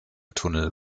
tunnel